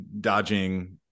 dodging